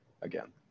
again